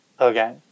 Okay